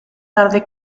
tarde